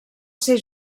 ser